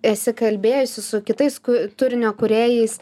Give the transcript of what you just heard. esi kalbėjusi su kitais turinio kūrėjais